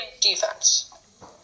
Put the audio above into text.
defense